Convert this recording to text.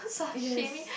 yes